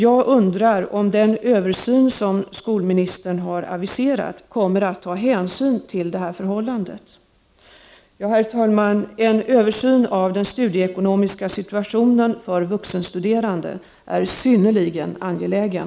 Jag undrar om den översyn som skolministern har aviserat kommer att ta hänsyn till det här förhållandet. Herr talman! En översyn av den studieekonomiska situationen för vuxenstuderande är synnerligen angelägen.